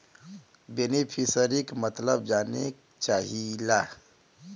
बेनिफिसरीक मतलब जाने चाहीला?